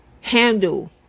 handle